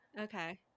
Okay